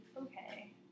okay